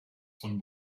von